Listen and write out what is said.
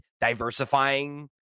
diversifying